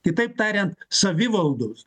kitaip tariant savivaldos